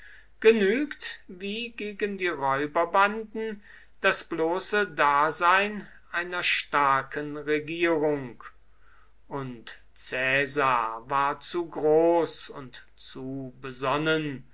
genügt wie gegen die räuberbanden das bloße dasein einer starken regierung und caesar war zu groß und zu besonnen